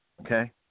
okay